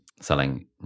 selling